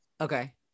Okay